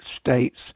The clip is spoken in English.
States